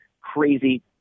crazy